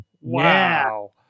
Wow